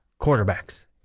quarterbacks